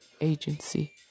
Agency